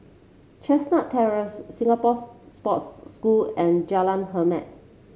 Chestnut Terrace Singapore's Sports School and Jalan Hormat